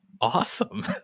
awesome